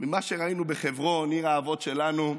ממה שראינו בחברון, עיר האבות שלנו,